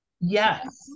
Yes